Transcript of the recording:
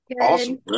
Awesome